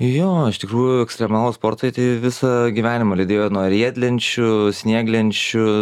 jo iš tikrųjų ekstremalūs sportai tai visą gyvenimą lydėjo nuo riedlenčių snieglenčių